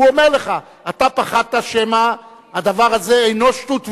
הוא אומר לך: אתה פחדת שמא הדבר הזה אינו שטות ואיוולת.